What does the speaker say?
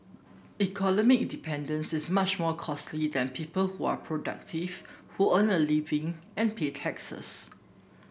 economic dependence is much more costly than people who are productive who earn a living and pay taxes